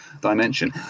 dimension